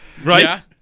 right